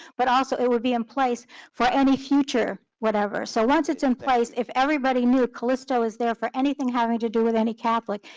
but also it would be in place for any future, whatever. so once it's in place, if everybody knew callisto was there for anything having to do with any catholic,